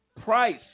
price